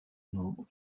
nombre